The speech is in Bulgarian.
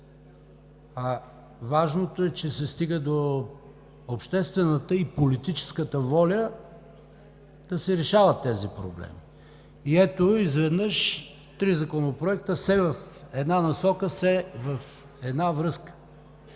Важното е, че се стига до обществената и политическата воля да се решават тези проблеми. И ето – изведнъж три законопроекта все в една посока, все в една връзка.